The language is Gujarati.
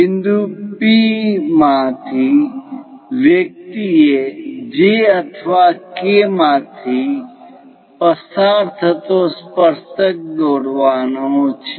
બિંદુ P માંથી વ્યક્તિ એ J અથવા K માંથી પસાર થતો સ્પર્શક દોરવાનો છે